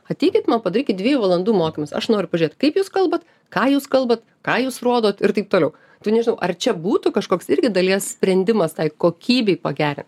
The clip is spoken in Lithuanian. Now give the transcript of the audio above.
ateikit man padarykit dviejų valandų mokymus aš noriu pažiūrėt kaip jūs kalbat ką jūs kalbat ką jūs rodot ir taip toliau tai nežinau ar čia būtų kažkoks irgi dalies sprendimas tai kokybei pagerint